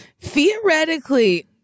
Theoretically